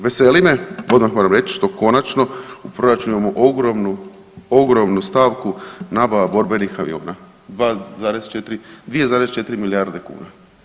Veseli me, odmah moram reći to konačno u proračunu imamo ogromnu stavku nabava borbenih aviona 2,4 milijarde kuna.